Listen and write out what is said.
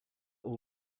all